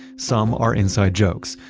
some are inside jokes,